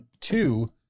two